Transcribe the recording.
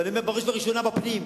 ואני אומר בראש ובראשונה בפנים,